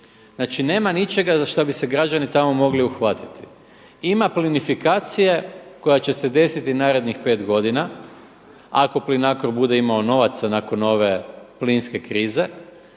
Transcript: Znači, nema ničega za šta bi se građani tamo mogli uhvatiti. Ima plinifikacije koja će se desiti narednih pet godina ako Plinacro bude imao novaca nakon ove plinske krize,